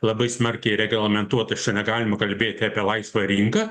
labai smarkiai reglamentuotas čia negalima kalbėti apie laisvą rinką